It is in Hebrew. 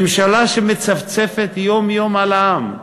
ממשלה שמצפצפת יום-יום על העם,